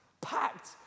Packed